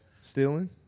stealing